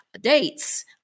dates